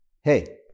Hey